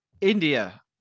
India